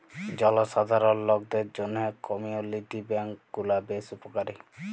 জলসাধারল লকদের জ্যনহে কমিউলিটি ব্যাংক গুলা বেশ উপকারী